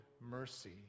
mercy